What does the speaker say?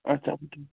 اچھا